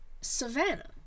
savannah